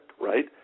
right